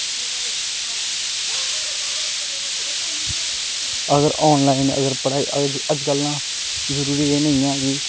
अगर आनलाइन अगर पढ़ाई अगर अज्जकल ना जरूरी ऐ नेईं ऐ कि